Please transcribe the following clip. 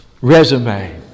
resume